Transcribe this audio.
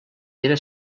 era